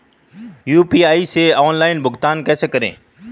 UPI से online भुगतान कैसे करें?